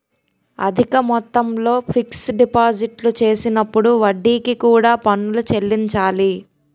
అధిక మొత్తంలో ఫిక్స్ డిపాజిట్లు చేసినప్పుడు వడ్డీకి కూడా పన్నులు చెల్లించాలి